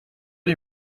lui